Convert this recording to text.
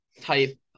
type